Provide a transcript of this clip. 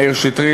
מאיר שטרית,